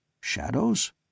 Shadows